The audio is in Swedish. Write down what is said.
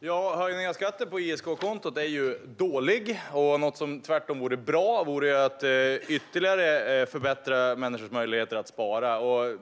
Herr talman! Höjningen av skatten på ISK-kontot är dålig. Något som tvärtom skulle vara bra vore att ytterligare förbättra människors möjligheter att spara. Om